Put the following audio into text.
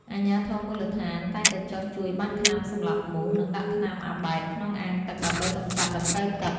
អាជ្ញាធរមូលដ្ឋានតែងតែចុះជួយបាញ់ថ្នាំសម្លាប់មូស និងដាក់ថ្នាំអាប៊ែតក្នុងអាងទឹកដើម្បីកម្ចាត់ដង្កូវទឹក។